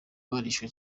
barishwe